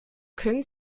können